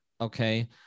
okay